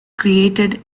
created